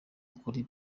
ukuri